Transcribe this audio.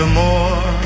more